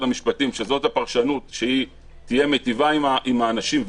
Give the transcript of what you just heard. המשפטים שזאת הפרשנות שתהיה מיטיבה עם האנשים,